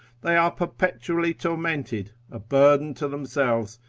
they are perpetually tormented, a burden to themselves,